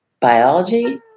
biology